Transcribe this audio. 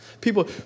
People